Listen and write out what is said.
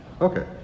Okay